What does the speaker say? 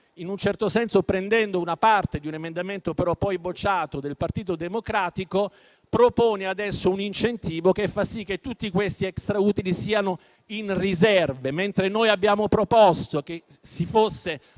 in un certo senso una parte di un emendamento (bocciato) del Partito Democratico, propone un incentivo che fa sì che tutti questi extrautili diventino riserve, mentre noi abbiamo proposto che venisse